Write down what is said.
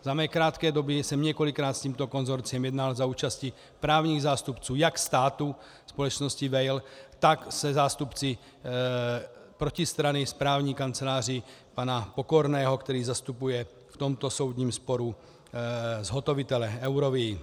Za mé krátké doby jsem několikrát s tímto konsorciem jednal za účasti právních zástupců jak státu, společnosti Weil, tak se zástupci protistrany, s právní kanceláří pana Pokorného, který zastupuje v tomto soudním sporu zhotovitele, Eurovii.